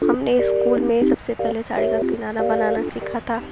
ہم نے اسکول میں سب سے پہلے ساڑی کا کنارہ بنانا سیکھا تھا